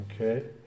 Okay